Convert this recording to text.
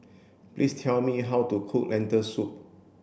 please tell me how to cook Lentil soup